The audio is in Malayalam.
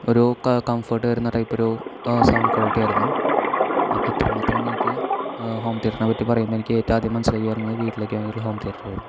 ഒരൂ കംഫേർട്ട് വരുന്ന ടൈപ്പ് ഒരു സൗണ്ട് ക്വാളിറ്റി ആയിരുന്നു അപ്പം ഇത്ര മാത്രമാണ് എനിക്ക് ഹോം തീയറ്ററിനെപ്പറ്റി പറയുമ്പോൾ എനിക്ക് ഏറ്റവും ആദ്യം മനസ്സിലേക്ക് വരുന്നത് വീട്ടിലേക്ക് വാങ്ങിയിട്ടുള്ള ഹോം തീയറ്ററായിരുന്നു